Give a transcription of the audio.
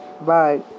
bye